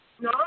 No